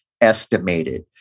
estimated